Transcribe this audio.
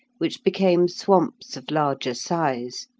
which became swamps of larger size.